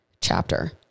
chapter